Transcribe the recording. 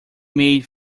made